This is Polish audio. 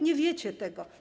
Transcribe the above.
Nie wiecie tego.